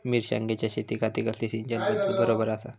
मिर्षागेंच्या शेतीखाती कसली सिंचन पध्दत बरोबर आसा?